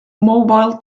mobile